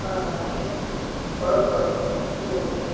হয় হয় আপুনি কৰক বাৰু ঠিক আছে